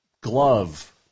glove